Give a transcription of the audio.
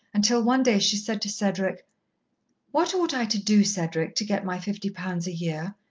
until one day she said to cedric what ought i to do, cedric, to get my fifty pounds a year?